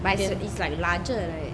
but is is like larger right